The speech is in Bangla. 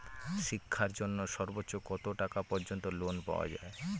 শিক্ষার জন্য সর্বোচ্চ কত টাকা পর্যন্ত লোন পাওয়া য়ায়?